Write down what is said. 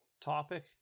topic